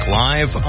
live